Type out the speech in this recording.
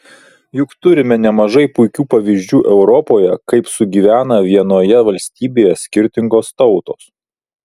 juk turime nemažai puikių pavyzdžių europoje kaip sugyvena vienoje valstybėje skirtingos tautos